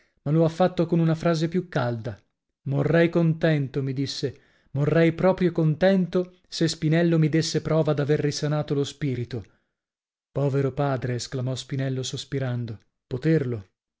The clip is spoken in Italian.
ma lo ha fatto con una frase più calda morrei contento mi disse morrei proprio contento se spinello mi desse prova d'aver risanato lo spirito povero padre esclamò spinello sospirando poterlo